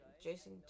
Jason